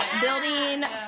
building